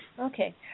Okay